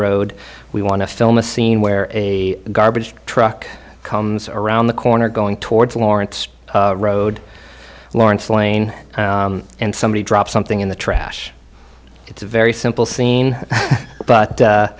road we want to film a scene where a garbage truck comes around the corner going towards lawrence road lawrence lane and somebody drop something in the trash it's a very simple scene but